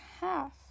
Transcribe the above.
half